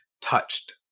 touched